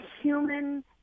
human